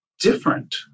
different